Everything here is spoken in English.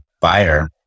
buyer